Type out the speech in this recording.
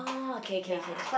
yeah